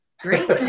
Great